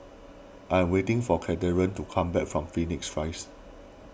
I am waiting for Cathern to come back from Phoenix Rise